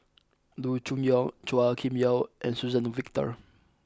Loo Choon Yong Chua Kim Yeow and Suzann Victor